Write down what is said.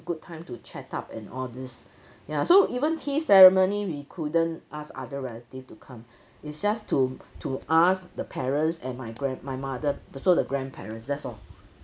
good time to chat up and all this ya so even tea ceremony we couldn't ask other relative to come it's just to to ask the parents and my grand my mother so the grandparents that's all